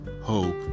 hope